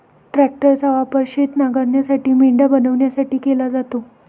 ट्रॅक्टरचा वापर शेत नांगरण्यासाठी, मेंढ्या बनवण्यासाठी केला जातो